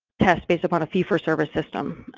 tests based upon a fee for service system.